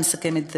אני מסכמת,